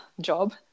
job